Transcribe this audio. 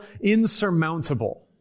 insurmountable